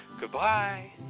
Goodbye